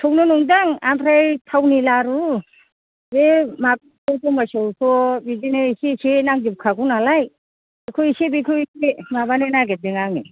संनो सानदों ओमफ्राय थावनि लारु बे मागो दमासियावथ' बिदिनो एसे एसे नांजोबखागौ नालाय बेखौ एसे बेखौ एसे माबानो नागिरदों आङो